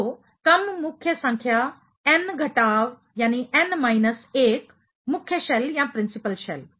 तो कम मुख्य संख्या n घटाव 1 मुख्य शेल प्रिंसिपल शेल